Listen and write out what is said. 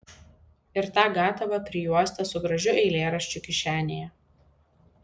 ir tą gatavą prijuostę su gražiu eilėraščiu kišenėje